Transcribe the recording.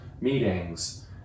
meetings